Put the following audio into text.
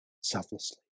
selflessly